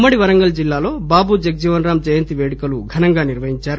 ఉమ్మడి వరంగల్ జిల్లాలో బాబు జగ్జీవన్ రాం జయంతి వేడుకలు ఘనంగా నిర్వహించారు